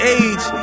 age